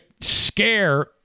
scare